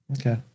Okay